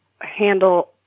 handle